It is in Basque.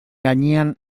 gainean